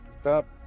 Stop